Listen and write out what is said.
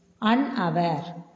Unaware